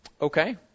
Okay